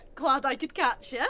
glad i could catch yeah